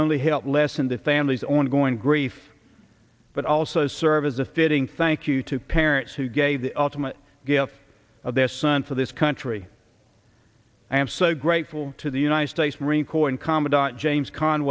help lessen the family's ongoing grief but also serve as a fitting thank you to parents who gave the ultimate gift of their son for this country i am so grateful to the united states marine corps and